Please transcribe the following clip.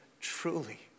truly